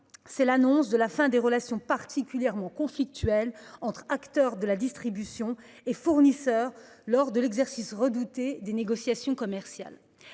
enfin, l'annonce de la fin des relations particulièrement conflictuelles entre acteurs de la distribution et fournisseurs lors de l'exercice redouté des négociations commerciales.